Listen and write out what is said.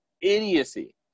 idiocy